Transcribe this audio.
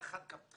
על אחת כמה וכמה.